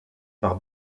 par